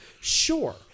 sure